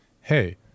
hey